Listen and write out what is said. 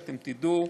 ואתם תדעו.